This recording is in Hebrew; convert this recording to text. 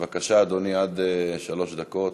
בבקשה, אדוני, עד עשר דקות.